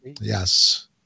Yes